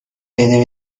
بده